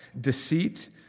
deceit